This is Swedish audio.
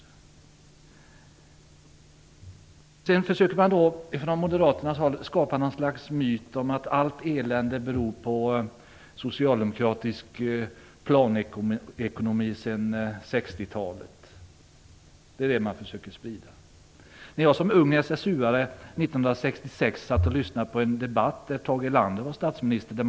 Från moderaternas håll försöker man skapa något slags myt om att allt elände beror på socialdemokratisk planekonomi sedan 1960-talet. Som ung SSU:are lyssnade jag 1966 på en debatt med Tage Erlander, som då var statsminister.